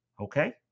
okay